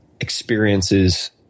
experiences